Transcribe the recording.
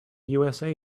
usa